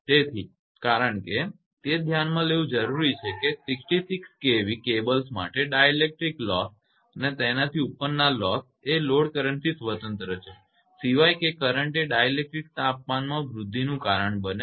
તેથી કારણ કે તે ધ્યાનમાં લેવું જરૂરી છે કે 66 kVકેવી કેબલ્સ માટે ડાઇલેક્ટ્રિક લોસ અને તેનાથી ઉપરના લોસ એ લોડ કરંટથી સ્વતંત્ર છે સિવાય કે કરંટ એ ડાઇલેક્ટ્રિકના તાપમાનમાં વૃદ્ધિનું કારણ બને છે